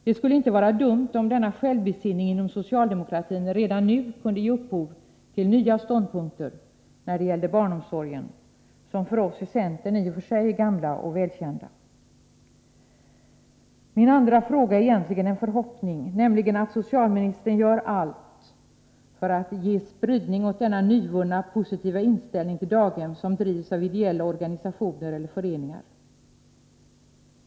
Det skulle inte vara dumt om denna självbesinning inom socialdemokratin redan nu kunde ge upphov till nya ståndpunkter när det gäller barnomsorgen, som för oss i centern i och för sig är gamla och välkända. Min andra fråga är egentligen en förhoppning, nämligen att socialministern gör allt för att ge spridning åt denna nyvunna positiva inställning till daghem som drivs av ideella organisationer, föreningar eller kooperativ.